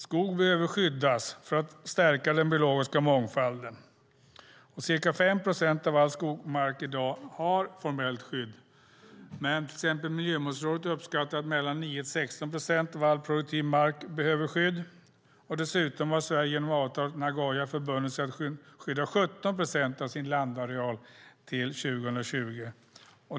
Skog behöver skyddas för att stärka den biologiska mångfalden. Ca 5 procent av all skogsmark har i dag formellt skydd. Men Miljömålsrådet har uppskattat att mellan 9 och 16 procent av all produktiv mark behöver skydd. Dessutom har Sverige genom avtalet i Nagoya förbundit sig att skydda 17 procent av sin landareal till 2020.